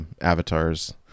avatars